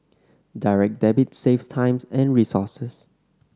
Direct Debit saves time and resources